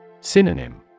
Synonym